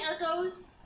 Echoes